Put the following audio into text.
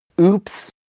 Oops